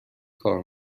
کار